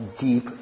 deep